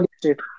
state